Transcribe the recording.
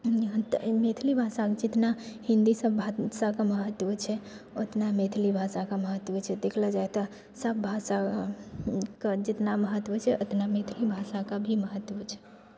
तऽ मैथिली भाषामे जितना हिन्दी सब भाषाके महत्व छै ओतना मैथिली भाषाके महत्व छै देखलो जाइ तऽ सब भाषा कऽ जेतना महत्व छै ओतना मैथिली भाषाकेँ भी महत्व छै